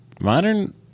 modern